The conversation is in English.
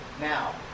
Now